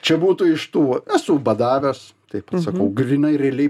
čia būtų iš tų esu badavęs taip sakau grynai realiai